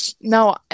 No